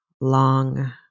long